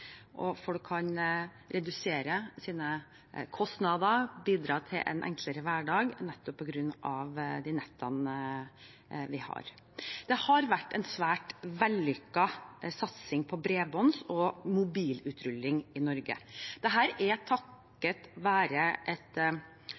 og redusere sine kostnader og bidra til en enklere hverdag nettopp på grunn av de nettene vi har. Det har vært en svært vellykket satsing på bredbånds- og mobilutrulling i Norge. Dette er